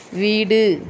வீடு